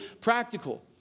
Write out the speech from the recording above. practical